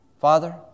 Father